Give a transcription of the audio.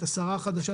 את השרה החדשה,